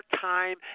time